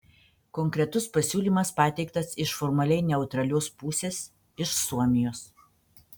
konkretus pasiūlymas pateiktas iš formaliai neutralios pusės iš suomijos